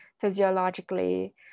physiologically